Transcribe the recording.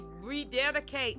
rededicate